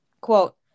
quote